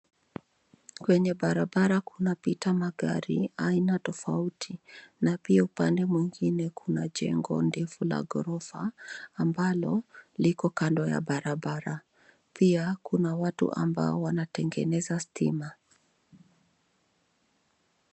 Kwenye barabara kunapita magari aina tofauti na pia upande mwingine kuna jengo ndefu la ghorofa, ambalo liko kando ya barabara. Pia kuna watu ambao wanatengeneza stima.